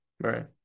right